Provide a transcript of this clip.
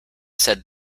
said